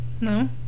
No